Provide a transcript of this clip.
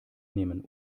nehmen